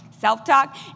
self-talk